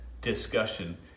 discussion